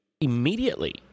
immediately